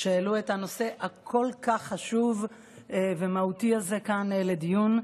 שהעלו את הנושא הכל-כך חשוב והמהותי הזה כאן לדיון,